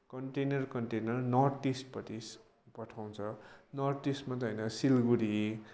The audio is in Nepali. कन्टेनर कन्टेनर नर्थ इस्टपट्टि पठाउँछ नर्थ इस्ट मात्र होइन सिलगढी